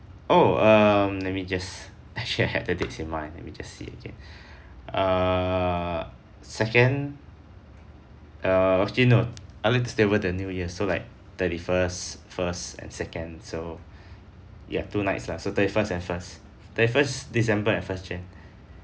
oh um let me just actually I had the dates in mind let me just see again err second err actually no I would like to stay over the new year so like thirty first first and second so ya two nights lah so thirty first and first thirty first december and first jan